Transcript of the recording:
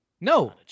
No